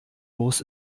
los